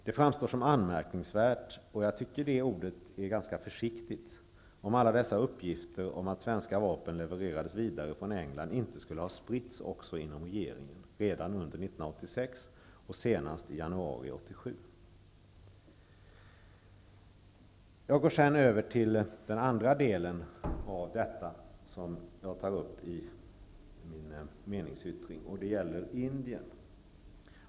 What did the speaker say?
Det framstår som anmärkningsvärt -- och jag tycker att det ordet är ganska milt -- om alla dessa uppgifter om att svenska vapen levererades vidare från England inte skulle ha spritts också inom regeringen redan under 1986 och senast i januari Jag går sedan över till den andra delen av min meningsyttring som gäller Indien.